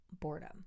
boredom